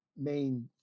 main